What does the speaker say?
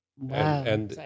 Wow